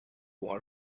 war